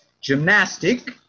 Gymnastic